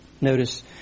notice